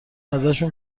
ازشون